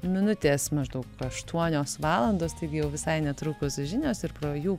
minutės maždaug aštuonios valandos taigi jau visai netrukus žinios ir po jų